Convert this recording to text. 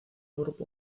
grupo